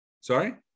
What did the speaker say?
Sorry